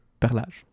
Perlage